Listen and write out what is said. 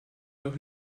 doch